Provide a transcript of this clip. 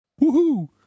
Woohoo